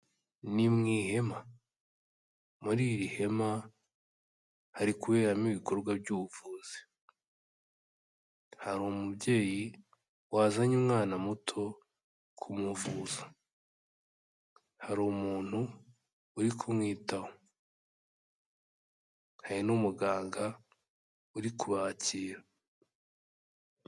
Ni mu ihema. Muri iri hema hari kuberamo ibikorwa by'ubuvuzi. Hari umubyeyi wazanye umwana muto kumuvuza. Hari umuntu uri kumwitaho. Hari n'umuganga uri kubakira.